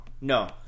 No